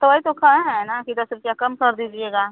तो वही तो कहे हैं ना कि दस रुपिया कम कर दीजिएगा